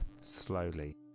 slowly